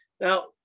Now